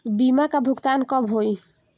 बीमा का भुगतान कब होइ?